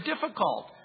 difficult